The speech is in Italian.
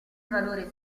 valore